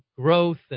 growth